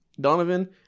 Donovan